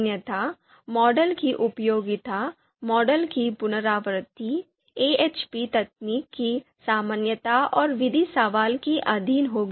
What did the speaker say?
अन्यथा मॉडल की उपयोगिता मॉडल की पुनरावृत्ति एएचपी तकनीक की सामान्यता और विधि सवाल के अधीन होगी